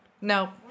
No